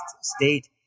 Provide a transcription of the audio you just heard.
state